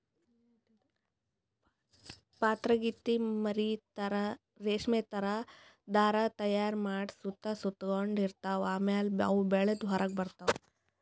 ಪಾತರಗಿತ್ತಿ ಮರಿ ರೇಶ್ಮಿ ಥರಾ ಧಾರಾ ತೈಯಾರ್ ಮಾಡಿ ಸುತ್ತ ಸುತಗೊಂಡ ಇರ್ತವ್ ಆಮ್ಯಾಲ ಅವು ಬೆಳದ್ ಹೊರಗ್ ಬರ್ತವ್